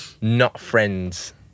not-friends